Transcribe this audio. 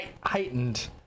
heightened